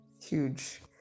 huge